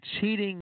cheating